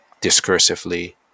discursively